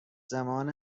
زمان